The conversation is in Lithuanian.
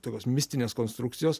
tokios mistinės konstrukcijos